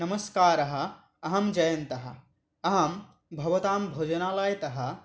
नमस्कारः अहं जयन्तः अहं भवतां भोजनालयतः